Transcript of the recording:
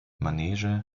manege